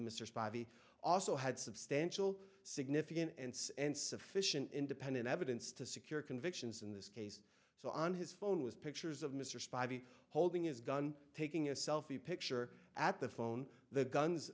spock also had substantial significant and sufficient independent evidence to secure convictions in this case so on his phone was pictures of mr spock holding his gun taking a selfie picture at the phone the guns